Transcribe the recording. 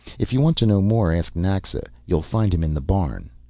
if you want to know more, ask naxa, you'll find him in the barn.